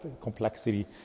complexity